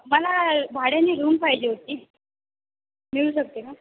मला भाड्याने रूम पाहिजे होती मिळू शकते ना